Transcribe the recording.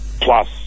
plus